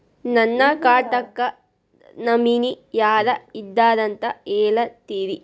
ನನ್ನ ಖಾತಾಕ್ಕ ನಾಮಿನಿ ಯಾರ ಇದಾರಂತ ಹೇಳತಿರಿ?